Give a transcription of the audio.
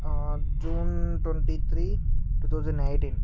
June twenty three two thousand eighteen